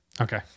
Okay